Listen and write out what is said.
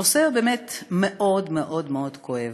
הנושא הוא באמת מאוד מאוד מאוד כואב.